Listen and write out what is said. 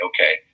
okay